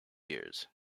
years